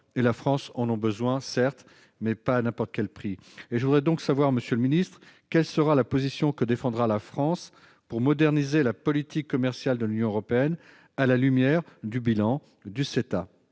la France en ont besoin, mais pas à n'importe quel prix. Je voudrais donc savoir, monsieur le secrétaire d'État, quelle position défendra la France pour moderniser la politique commerciale de l'Union européenne à la lumière du bilan du CETA.